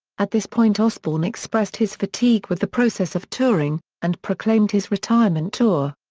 at this point osbourne expressed his fatigue with the process of touring, and proclaimed his retirement tour.